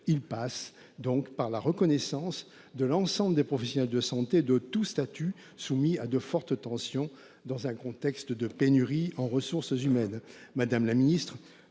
Il passe par la reconnaissance de l'ensemble des professionnels de santé de tous statuts, soumis à de fortes tensions dans un contexte de pénurie des ressources humaines.